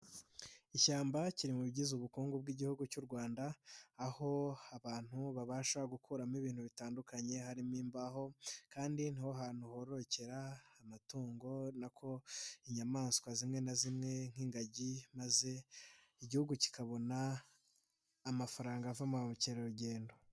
Ishyamba kiri mu bigize ubukungu bw'Igihugu cy'u Rwanda, aho abantu babasha gukuramo ibintu bitandukanye, harimo imbaho kandi ni ho hantu hororokera amatungo, nako inyamaswa zimwe na zimwe nk'ingagi maze Igihugu kikabona amafaranga ava mu bukerarugendo.